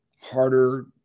harder